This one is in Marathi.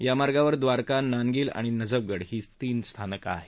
या मार्गावर द्वारका नानगील आणि नजफगड ही तीन स्थानकं आहेत